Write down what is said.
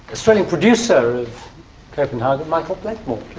australian producer of copenhagen michael blakemore.